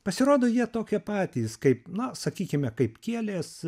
pasirodo jie tokie patys kaip na sakykime kaip kielės